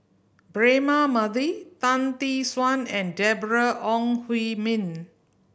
Braema Mathi Tan Tee Suan and Deborah Ong Hui Min